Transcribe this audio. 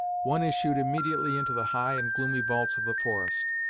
one issued immediately into the high and gloomy vaults of the forest.